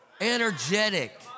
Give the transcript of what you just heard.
Energetic